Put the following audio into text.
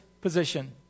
position